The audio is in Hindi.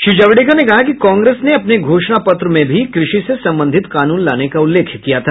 श्री जावड़ेकर ने कहा कि कांग्रेस ने अपने घोषणा पत्र में भी कृषि से संबंधित कानून लाने का उल्लेख किया था